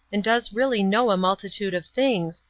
and does really know a multitude of things,